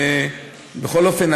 בכל אופן,